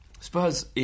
Spurs